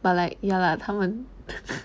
but like ya lah 他们